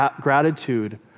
gratitude